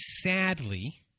sadly